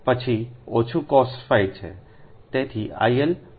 પછીઓછું cos છે તેથીIL મોટોથઈશ